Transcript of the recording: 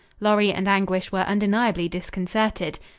lorry and anguish were undeniably disconcerted.